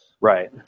Right